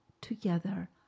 together